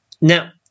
Now